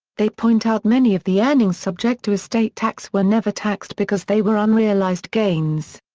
they point out many of the earnings subject to estate tax were never taxed because they were unrealized gains.